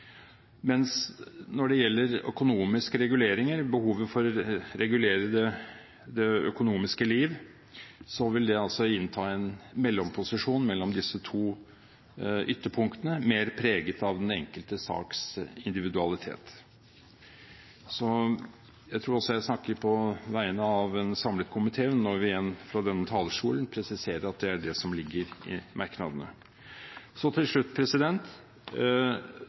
Mens når det gjelder økonomiske reguleringer, behovet for å regulere det økonomiske liv, vil det altså innta en mellomposisjon mellom disse to ytterpunktene, mer preget av den enkelte saks individualitet. Så jeg tror jeg snakker på vegne av en samlet komité når vi igjen fra denne talerstolen presiserer at det er dét som ligger i merknadene. Til slutt